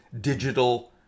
digital